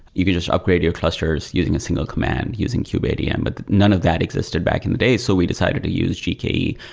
you can just upgrade your clusters using a single command using kubeadm, but none of that existed back in the day. so we decided to use gke,